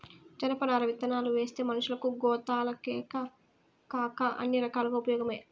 జనపనార విత్తనాలువేస్తే మనషులకు, గోతాలకేకాక అన్ని రకాలుగా ఉపయోగమే